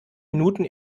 minuten